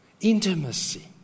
intimacy